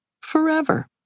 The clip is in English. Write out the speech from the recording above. forever